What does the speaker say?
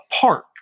park